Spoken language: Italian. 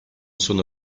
sono